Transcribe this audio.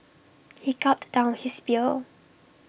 he gulped down his beer